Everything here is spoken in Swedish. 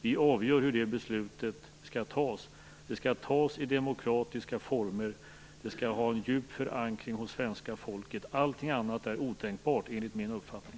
Vi avgör hur det beslutet skall fattas. Det skall fattas i demokratiska former, det skall ha djup förankring hos svenska folket. Allt annat är otänkbart enligt min uppfattning.